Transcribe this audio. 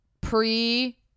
pre